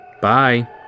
bye